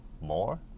more